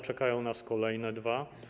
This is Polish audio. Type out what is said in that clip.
Czekają nas kolejne dwa.